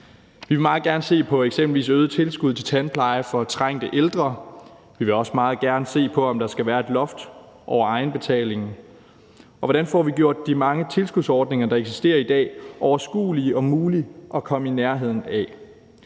Vi vil meget gerne se på eksempelvis øget tilskud til tandpleje for trængte ældre, og vi vil også meget gerne se på, om der skal være et loft over egenbetaling, og hvordan vi får gjort de mange tilskudsordninger, der eksisterer i dag, overskuelige og mulige at komme i nærheden af.